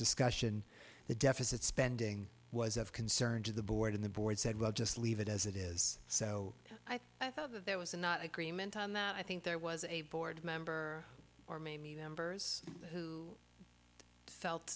discussion the deficit spending was of concern to the board in the board said well just leave it as it is so i thought i thought there was a not agreement on that i think there was a board member or maybe them bers who felt